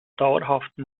dauerhaften